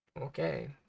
okay